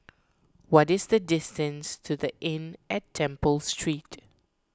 what is the distance to the Inn at Temple Street